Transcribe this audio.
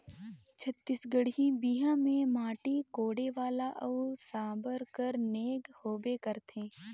छत्तीसगढ़ी बिहा मे माटी कोड़े वाला अउ साबर कर नेग होबे करथे